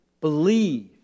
Believe